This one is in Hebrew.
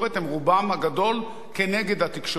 הם רובם הגדול כנגד התקשורת.